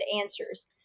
answers